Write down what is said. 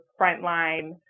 frontline